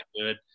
good